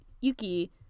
Yuki